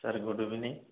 sir good evening